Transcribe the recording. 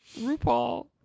RuPaul